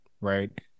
right